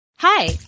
Hi